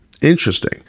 Interesting